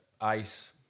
ice